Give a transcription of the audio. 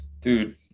Dude